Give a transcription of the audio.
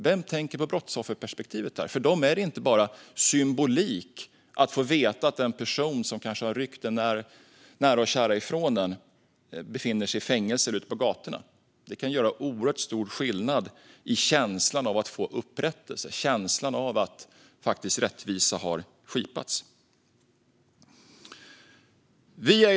Vem tänker på brottsoffren? För dem är det inte bara symbolik att få veta att den person som kanske har ryckt en nära och kär människa ifrån dem befinner sig i fängelse och inte ute på gatorna. Det kan göra oerhört stor skillnad för känslan av att få upprättelse, av att rättvisa har skipats. Fru talman!